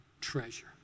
treasure